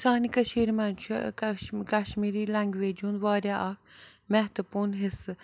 سانہِ کٔشیٖرِ منٛز چھُ کش کشمیٖری لنٛگویج ہُنٛد واریاہ اَکھ مہتَپوٗن حِصہٕ